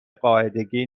قاعدگی